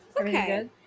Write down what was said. okay